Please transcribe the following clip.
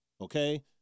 okay